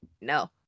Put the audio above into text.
no